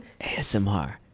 ASMR